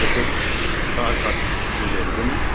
यस्तै छ सब्जी फ्रुटहरू पनि